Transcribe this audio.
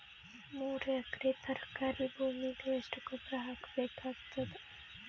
ಮೂರು ಎಕರಿ ತರಕಾರಿ ಭೂಮಿಗ ಎಷ್ಟ ಗೊಬ್ಬರ ಹಾಕ್ ಬೇಕಾಗತದ?